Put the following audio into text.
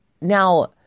now